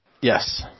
Yes